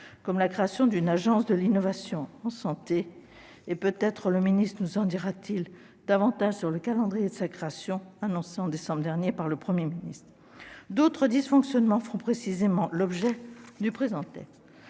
comme la création d'une agence de l'innovation en santé. Peut-être le secrétaire d'État nous en dira-t-il davantage sur le calendrier de sa création, annoncée en décembre dernier par le Premier ministre. D'autres dysfonctionnements font précisément l'objet du présent texte.